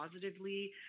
positively